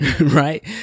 Right